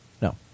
No